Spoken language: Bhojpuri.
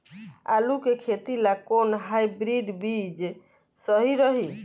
आलू के खेती ला कोवन हाइब्रिड बीज सही रही?